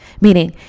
meaning